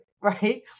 Right